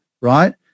right